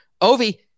ovi